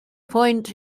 point